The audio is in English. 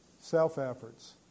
self-efforts